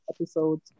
episodes